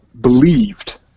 believed